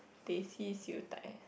teh C siew dai